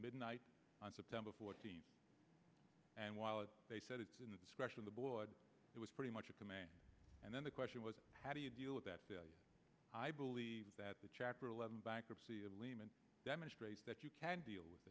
midnight on september fourteenth and while they said it's in the discretion of the board it was pretty much a command and then the question was how do you deal with that i believe that the chapter eleven bankruptcy of lehman demonstrates that you can deal with